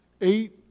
Eight